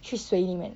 去水里面